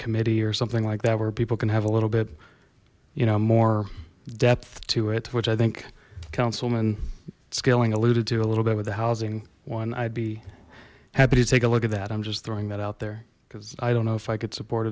committee or something like that where people can have a little bit you know more depth to it which i think councilman skilling alluded to a little bit with the housing one i'd be happy to take a look at that i'm just throwing that out there because i don't know if i could support